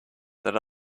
that